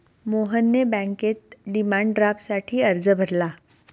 मोहनने बँकेत डिमांड ड्राफ्टसाठी अर्ज भरला